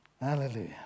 Hallelujah